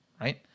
right